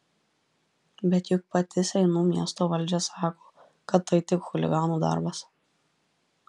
bet juk pati seinų miesto valdžia sako kad tai tik chuliganų darbas